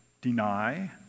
deny